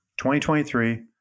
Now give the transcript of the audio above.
2023